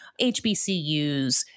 HBCUs